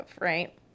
right